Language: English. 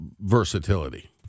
versatility